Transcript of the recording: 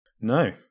No